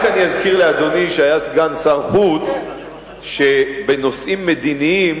רק אני אזכיר לאדוני שהיה סגן שר החוץ שבנושאים מדיניים